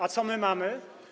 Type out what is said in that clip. A co my mamy?